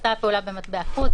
נעשתה הפעולה במטבע חוץ,